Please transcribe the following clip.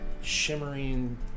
shimmering